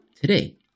today